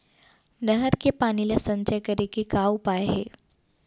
नहर के पानी ला संचय करे के का उपाय हे?